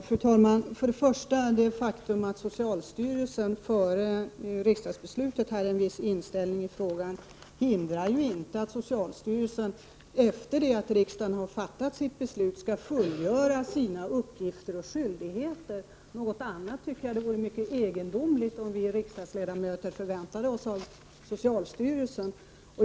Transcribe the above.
Fru talman! Först och främst vill jag framhålla att socialstyrelsen hade en viss inställning i frågan redan före riksdagsbeslutet. Men det hindrar inte att socialstyrelsen efter det att riksdagen fattat beslut fullgör sina uppgifter och skyldigheter. Det vore mycket egendomligt om vi riksdagsledamöter förväntade oss någonting annat av socialstyrelsen.